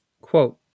quote